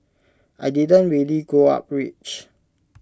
I didn't really grow up rich